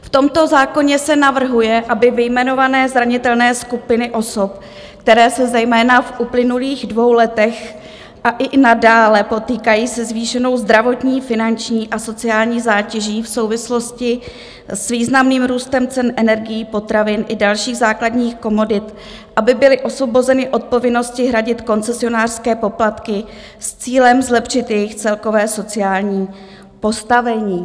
V tomto zákoně se navrhuje, aby vyjmenované zranitelné skupiny osob, které se v uplynulých dvou letech a i nadále potýkají se zvýšenou zdravotní, finanční a sociální zátěží v souvislosti s významným růstem cen energií, potravin i dalších základních komodit, aby byly osvobozeny od povinnosti hradit koncesionářské poplatky s cílem zlepšit jejich celkové sociální postavení.